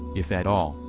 if at all,